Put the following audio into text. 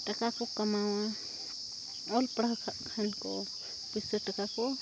ᱴᱟᱠᱟ ᱠᱚ ᱠᱟᱢᱟᱣᱟ ᱚᱞ ᱯᱟᱲᱦᱟᱣ ᱠᱟᱜ ᱠᱷᱟᱱ ᱠᱚ ᱯᱩᱭᱥᱟᱹ ᱴᱟᱠᱟ ᱠᱚ